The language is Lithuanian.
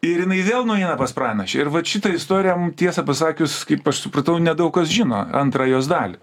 ir jinai vėl nueina pas pranašę ir vat šitą istoriją mum tiesą pasakius kaip aš supratau nedaug kas žino antrą jos dalį